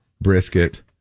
brisket